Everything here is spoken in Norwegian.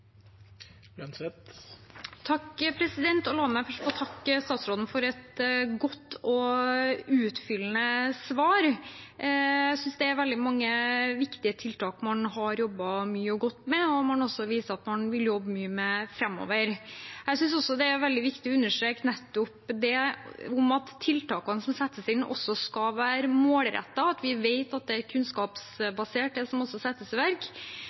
La meg først få takke statsråden for et godt og utfyllende svar. Jeg synes det er veldig mange viktige tiltak man har jobbet mye og godt med, og som man også viser at man vil jobbe mye med framover. Jeg synes også det er veldig viktig å understreke at tiltakene som settes inn, skal være målrettede, at vi vet at det som settes i verk, er kunnskapsbasert. Derfor er jeg veldig glad for denne ekspertgruppen som